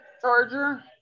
charger